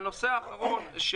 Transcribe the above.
הנושא האחרון.